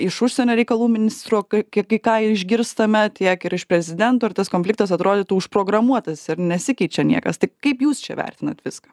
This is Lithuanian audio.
iš užsienio reikalų ministro kaip kai ką išgirstame tiek ir iš prezidento ir tas konfliktas atrodytų užprogramuotas ir nesikeičia niekas tai kaip jūs čia vertinat viską